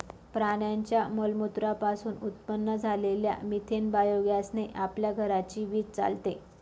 प्राण्यांच्या मलमूत्रा पासून उत्पन्न झालेल्या मिथेन बायोगॅस ने आपल्या घराची वीज चालते